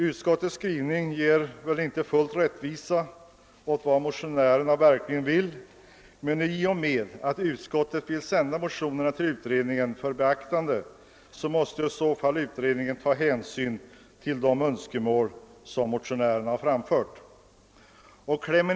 Utskottets skrivning ger väl inte full rättvisa åt motionärernas verkliga syften, men i och med att utskottet vill sända motionerna till utredningen för beaktande måste utredningen ta hänsyn till de av motionärerna framförda Öönskemålen.